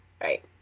right